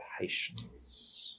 patience